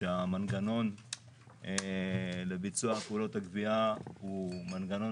שהמנגנון לביצוע פעולות הגבייה הוא מנגנון